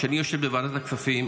כשאני יושב בוועדת הכספים,